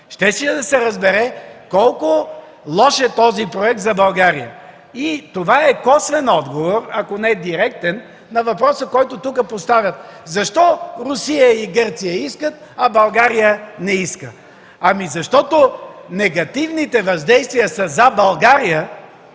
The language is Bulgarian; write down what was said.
Щеше да се разбере колко лош е този проект за България. Това е косвен отговор, ако не директен, на въпроса, който тук поставят: защо Русия и Гърция искат, а България не иска. Ами, защото негативните въздействия са за България,